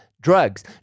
drugs